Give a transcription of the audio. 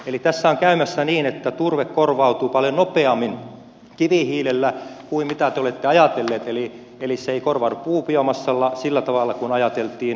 eli tässä on käymässä niin että turve korvautuu paljon nopeammin kivihiilellä kuin mitä te olette ajatelleet eli se ei korvaudu puubiomassalla sillä tavalla kuin ajateltiin